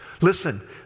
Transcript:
Listen